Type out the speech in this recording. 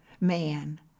man